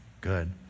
good